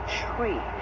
tree